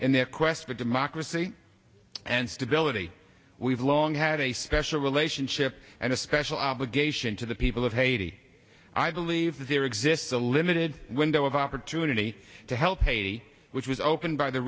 in their quest for democracy and stability we've long had a special relationship and a special obligation to the people of haiti i believe that there exists a limited window of opportunity to help haiti which was opened by the